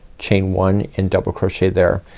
chain one and double crochet there.